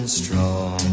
strong